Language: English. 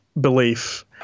belief